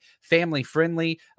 family-friendly